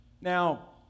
Now